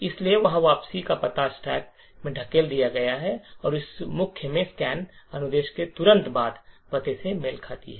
इसलिए वहां वापसी का पता स्टैक में धकेल दिया गया है यह मुख्य में स्कैन अनुदेश के तुरंत बाद पते से मेल खाती है